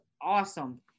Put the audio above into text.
awesome